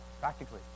practically